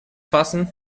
fassen